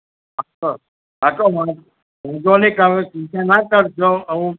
હા તો હા તો મને હું તમે ચિંતા ન કરજો હવે હું